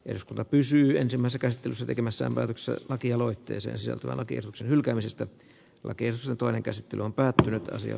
eskona pysyi ensimmäisen käsittelyssä tekemässä vävykseen lakialoitteeseen sisältyvä lakiesityksen hylkäämisestä oikein se toinen käsittely on päätellyt asiaa